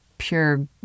pure